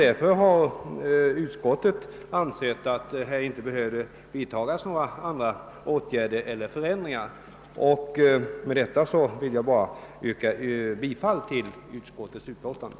Utskottet har därför ansett att det inte behöver göras några tillägg eller förtydliganden i detta fall. Herr talman! Jag yrkar bifall till utskottets hemställan.